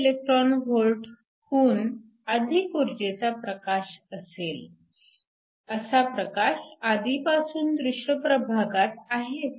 5eV हुन अधिक ऊर्जेचा प्रकाश असेल असा प्रकाश आधीपासून दृश्य प्रभागात आहेच